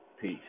Peace